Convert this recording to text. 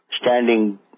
standing